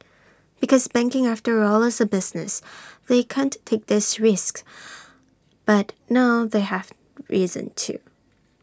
because banking after all is A business they can't take these risks but now they have reason to